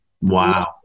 Wow